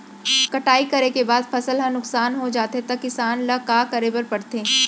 कटाई करे के बाद फसल ह नुकसान हो जाथे त किसान ल का करे बर पढ़थे?